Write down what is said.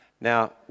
Now